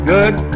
good